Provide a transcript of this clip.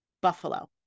Buffalo